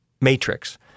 matrix